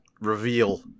reveal